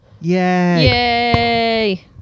Yay